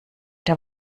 der